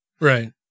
Right